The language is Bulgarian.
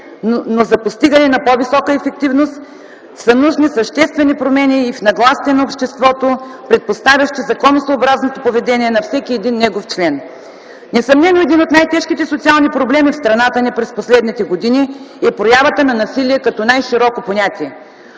но за постигане на по-висока ефективност са нужни съществени промени и в нагласите на обществото, предпоставящи законосъобразното поведение на всеки един негов член. Несъмнено един от най-тежките социални проблеми в страната ни през последните години е проявата на насилие като най-широко понятие.